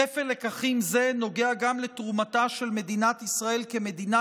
כפל לקחים זה נוגע גם לתרומתה של מדינת ישראל כמדינה